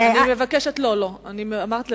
אמרת "לבסוף",